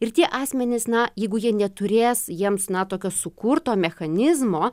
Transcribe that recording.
ir tie asmenys na jeigu jie neturės jiems na tokio sukurto mechanizmo